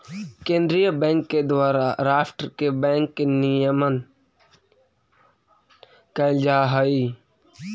केंद्रीय बैंक के द्वारा राष्ट्र के बैंक के नियमन कैल जा हइ